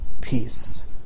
peace